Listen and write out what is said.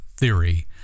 Theory